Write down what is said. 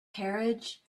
carriage